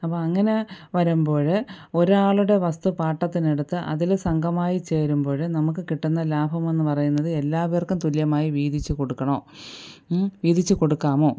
അപ്പോൾ അങ്ങനെ വരുമ്പോൾ ഒരാളുടെ വസ്തു പാട്ടത്തിനെടുത്ത് അതിൽ സംഘമായി ചേരുമ്പോൾ നമുക്ക് കിട്ടുന്ന ലാഭമെന്ന് പറയുന്നത് എല്ലാവർക്കും തുല്ല്യമായി വീതിച്ചുകൊടുക്കണോ വീതിച്ച് കൊടുക്കാമോ